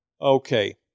Okay